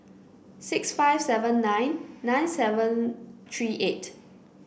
six five seven nine nine seven three eight